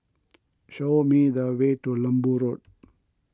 show me the way to Lembu Road